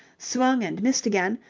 swung and missed again,